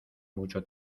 mucho